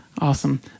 Awesome